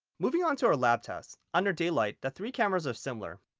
moving onto our lab tests, under daylight the three cameras are similar.